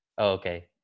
Okay